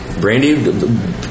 Brandy